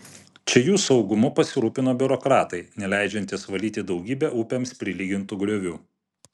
čia jų saugumu pasirūpino biurokratai neleidžiantys valyti daugybę upėms prilygintų griovių